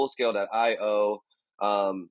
fullscale.io